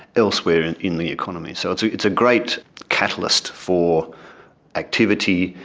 elsewhere in in the economy. so it's it's a great catalyst for activity.